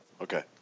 Okay